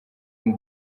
and